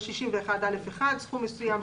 יש את 61(א)(1) סכום מסוים,